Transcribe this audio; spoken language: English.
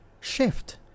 shift